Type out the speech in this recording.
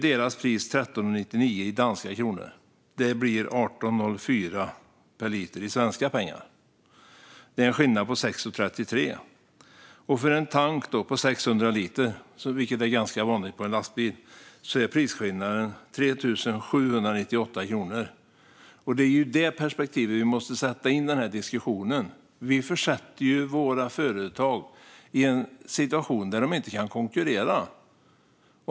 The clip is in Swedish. Deras pris är 13,99 i danska kronor. Det blir 18,04 per liter i svenska pengar. Det är en skillnad på 6,33. För en tank på 600 liter, vilket är vanligt på en lastbil, är prisskillnaden 3 798 kronor. Det är i detta perspektiv vi måste sätta in diskussionen. Vi försätter företagen i en situation där de inte kan konkurrera.